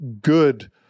good